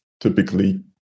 typically